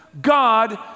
God